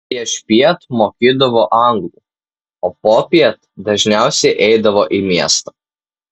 priešpiet mokydavo anglų o popiet dažniausiai eidavo į miestą